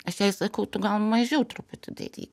aš jai sakau tu gal mažiau truputį daryk